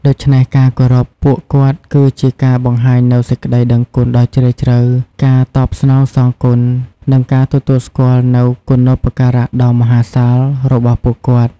ដូច្នេះ ការគោរពពួកគាត់ គឺជាការបង្ហាញនូវសេចក្តីដឹងគុណដ៏ជ្រាលជ្រៅ ការតបស្នងសងគុណ និងការទទួលស្គាល់នូវគុណូបការៈដ៏មហាសាលរបស់ពួកគាត់។